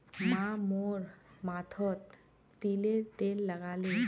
माँ मोर माथोत तिलर तेल लगाले